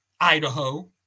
Idaho